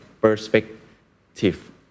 perspective